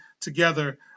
together